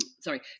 sorry